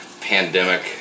pandemic